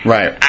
Right